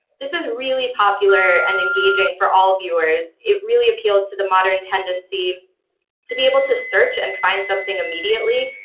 this is really popular and engaging for all viewers. it really appeals to the modern tendency to be able to search and find something immediately,